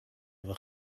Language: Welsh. efo